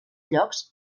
llocs